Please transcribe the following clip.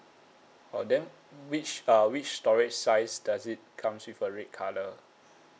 oh then which uh which storage size does it comes with a red colour